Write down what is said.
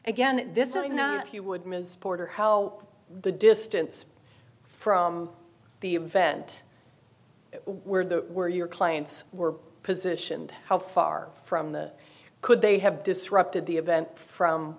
again this is not you would miss porter how the distance from the event where the were your clients were positioned how far from the could they have disrupted the event from